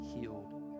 healed